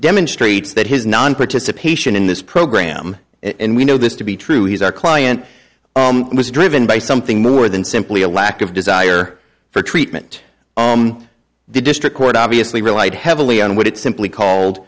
demonstrates that his non participation in this program and we know this to be true he's our client was driven by something more than simply a lack of desire for treatment the district court obviously relied heavily on what it simply